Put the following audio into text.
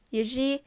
usually